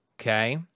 okay